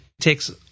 takes